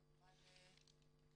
כמובן,